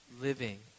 Living